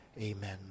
Amen